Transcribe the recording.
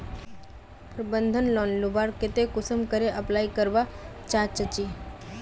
प्रबंधन लोन लुबार केते कुंसम करे अप्लाई करवा चाँ चची?